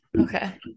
Okay